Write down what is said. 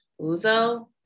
uzo